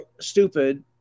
stupid